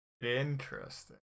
interesting